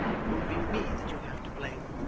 it won't be me that you'll have to blame,